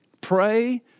Pray